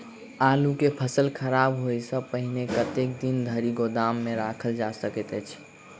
आलु केँ फसल खराब होब सऽ पहिने कतेक दिन धरि गोदाम मे राखल जा सकैत अछि?